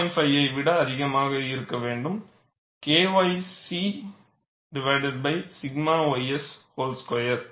5 ஐ விட அதிகமாக இருக்க வேண்டும் KIC 𝛔 ys வோல் ஸ்கொயர்